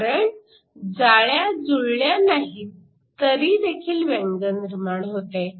कारण जाळ्या जुळल्या नाहीत तरी देखील व्यंग निर्माण होते